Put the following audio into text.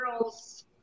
girls